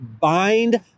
Bind